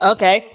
Okay